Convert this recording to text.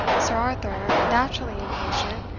sir arthur, naturally impatient,